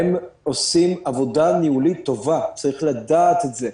הם עושים עבודה ניהולית טובה, צריך לדעת את זה.